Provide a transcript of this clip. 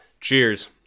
Cheers